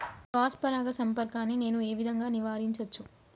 Cross పరాగ సంపర్కాన్ని నేను ఏ విధంగా నివారించచ్చు?